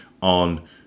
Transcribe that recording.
on